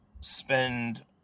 spend